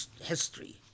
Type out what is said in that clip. history